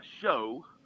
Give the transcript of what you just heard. show